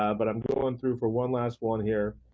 um but i'm going through for one last one here.